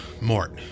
Mort